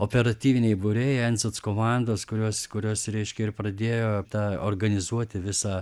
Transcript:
operatyviniai būriai nsockomandos kurios kurios reiškia ir pradėjo tą organizuoti visą